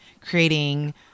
creating